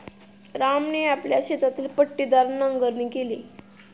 रामने आपल्या शेतातील पट्टीदार नांगरणी केली